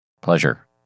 Pleasure